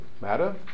matter